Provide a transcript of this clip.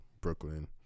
Brooklyn